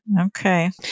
Okay